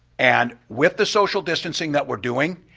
and with the social distancing that we're doing,